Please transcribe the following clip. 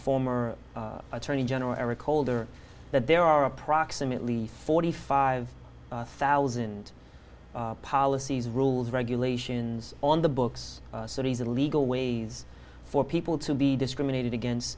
former attorney general eric holder that there are approximately forty five thousand policies rules regulations on the books a series of legal ways for people to be discriminated against